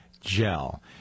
gel